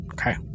Okay